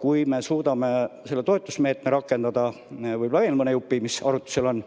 Kui me suudame selle toetusmeetme rakendada, võib-olla veel mõne jupi, mis arutlusel on,